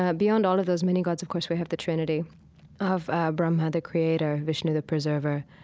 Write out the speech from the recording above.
ah beyond all of those mini-gods, of course, we have the trinity of brahma the creator, vishnu the preserver,